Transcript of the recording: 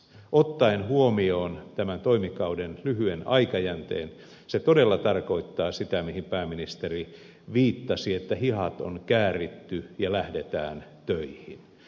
ottaen huomioon tämän toimikauden lyhyen aikajänteen se todella tarkoittaa sitä mihin pääministeri viittasi että hihat on kääritty ja lähdetään töihin